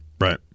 Right